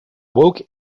woke